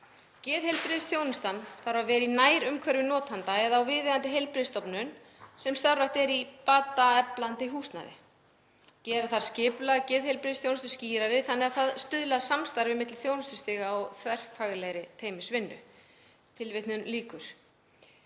Geðheilbrigðisþjónustan þarf að vera í nærumhverfi notanda eða á viðeigandi heilbrigðisstofnun sem starfrækt er í bataeflandi húsnæði. Gera þarf skipulag geðheilbrigðisþjónustu skýrara þannig að það stuðli að samstarfi milli þjónustustiga og þverfaglegri teymisvinnu.“ Hér